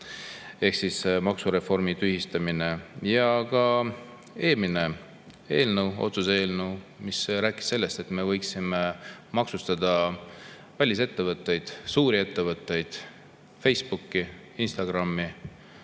ehk maksureformi tühistamisest. Ja ka eelmine otsuse eelnõu, mis rääkis sellest, et me võiksime maksustada välisettevõtteid, suuri ettevõtteid, Facebooki, Instagrami,